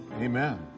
Amen